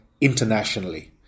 internationally